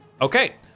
Okay